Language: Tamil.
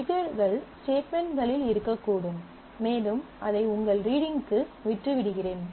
ட்ரிகர்கள் ஸ்டேட்மென்ட்களில் இருக்கக்கூடும் மேலும் அதை உங்கள் ரீடிங்க்கு விட்டு விடுகிறேன்